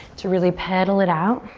to really pedal it out.